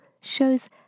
shows